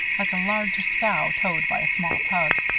like a large scow towed by a small tug.